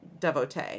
Devotee